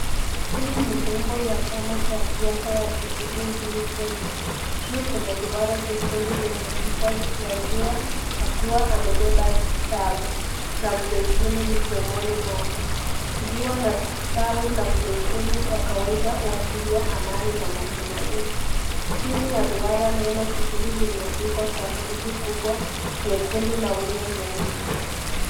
Hii ni nembo ya chama cha siasa ya Jubilee nchini Kenya, juu kuna duara jekundu lene picha ya njiwa akiwa amebeba tawi na mzeituni mdomoni yake. Njiwa na tawi ya mzeituni huashiria amani na matumaini. Chini ya duara neno Jubilee imeandikwa herufi kubwa nyekundu na wino nyeusi.